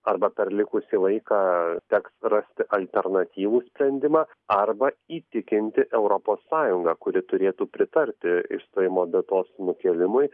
arba per likusį laiką teks rasti alternatyvų sprendimą arba įtikinti europos sąjungą kuri turėtų pritarti išstojimo datos nupjovimui